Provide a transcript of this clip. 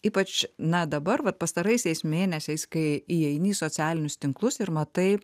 ypač na dabar vat pastaraisiais mėnesiais kai įeini į socialinius tinklus ir matai